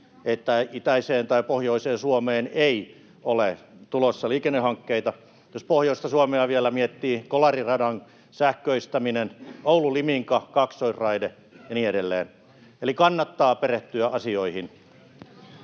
että itäiseen tai pohjoiseen Suomeen ei ole tulossa liikennehankkeita. Jos pohjoista Suomea vielä miettii, Kolarin radan sähköistäminen, Oulu—Liminka-kaksoisraide ja niin edelleen. Eli kannattaa perehtyä asioihin.